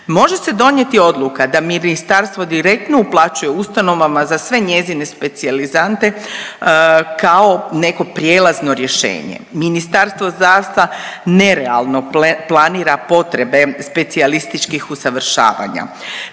Može se donijeti odluka da ministarstvo direktno uplaćuje ustanovama za sve njezine specijalizante kao neko prijelazno rješenje. Ministarstvo zdravstva nerealno planira potrebe specijalističkih usavršavanja.